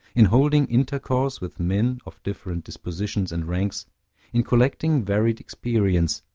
in holding intercourse with men of different dispositions and ranks in collecting varied experience,